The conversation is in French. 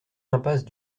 impasse